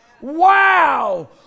wow